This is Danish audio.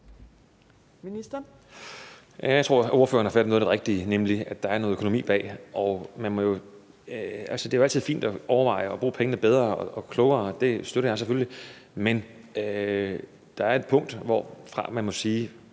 Jeg tror, at spørgeren har fat i noget af det rigtige, nemlig at der er noget økonomi bag. Altså, det er jo altid fint at overveje at bruge pengene bedre og klogere, det støtter jeg selvfølgelig, men der er et punkt, hvorfra man må sige